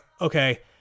okay